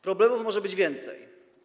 Problemów może być więcej.